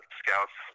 scouts